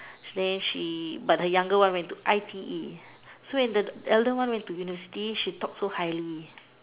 then she but her younger one went to I_T_E so when the the elder one went to university she talk so highly